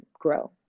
grow